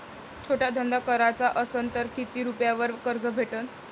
छोटा धंदा कराचा असन तर किती रुप्यावर कर्ज भेटन?